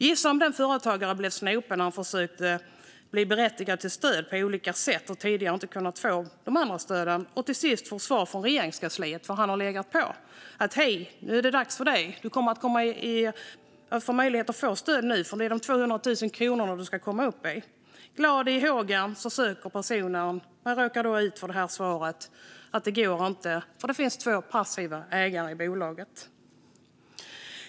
Gissa om den företagare blir snopen som försöker bli berättigad till stöd på olika sätt, efter att tidigare inte ha kunnat få de andra stöden, när han till sist får svar från Regeringskansliet, som han legat på: "Hej, nu är det dags för dig - du kommer att ha möjlighet att få stöd nu, för det är 200 000 som du ska komma upp i." Glad i hågen söker personen men råkar då ut för svaret att det inte går därför att det finns två passiva ägare i bolaget.